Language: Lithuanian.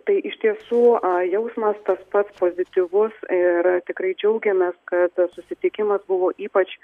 tai iš tiesų jausmas tas pats pozityvus ir tikrai džiaugiamės kad tas susitikimas buvo ypač